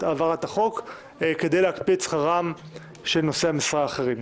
העברת החוק כדי להקפיא את שכרם של נושאי המשרה האחרים.